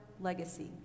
legacy